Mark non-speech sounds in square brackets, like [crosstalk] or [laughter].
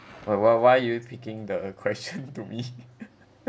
why why why you picking the question to me [laughs]